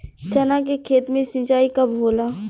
चना के खेत मे सिंचाई कब होला?